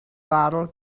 bottle